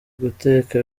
guteka